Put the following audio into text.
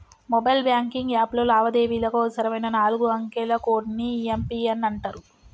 mobile banking యాప్లో లావాదేవీలకు అవసరమైన నాలుగు అంకెల కోడ్ ని యం.పి.ఎన్ అంటరు